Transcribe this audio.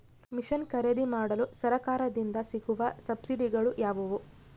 Mission ಖರೇದಿಮಾಡಲು ಸರಕಾರದಿಂದ ಸಿಗುವ ಸಬ್ಸಿಡಿಗಳು ಯಾವುವು?